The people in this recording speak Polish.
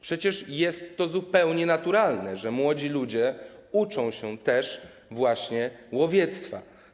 Przecież jest to zupełnie naturalne, że młodzi ludzie uczą się też właśnie łowiectwa.